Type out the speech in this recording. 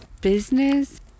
business